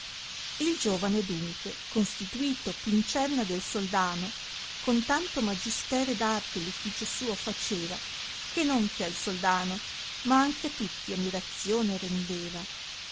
il giovane adunque constituito pincerna del soldano con tanto magistero ed arte ufficio suo faceva che non che al soldano ma anche a tutti ammirazione rendeva